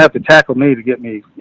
have to tackle me to get me, you